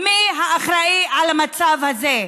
מי האחראי למצב הזה?